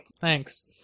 Thanks